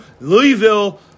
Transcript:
Louisville